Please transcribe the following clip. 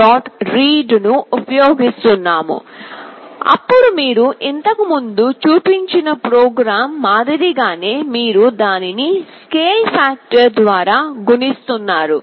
read ను ఉపయోగిస్తున్నాము అప్పుడు మీరు ఇంతకుముందు చూపించిన ప్రోగ్రామ్ మాదిరిగానే మీరు దానిని స్కేల్ ఫాక్టర్ ద్వారా గుణిస్తున్నారు